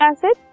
Acid